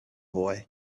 boy